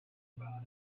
about